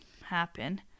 happen